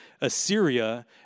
Assyria